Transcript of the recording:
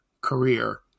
career